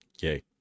Yay